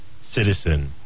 citizen